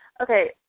Okay